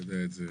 אתה יודע את זה.